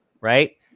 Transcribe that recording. right